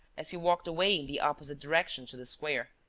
as he walked away in the opposite direction to the square.